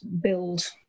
build